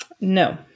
no